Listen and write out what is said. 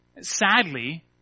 Sadly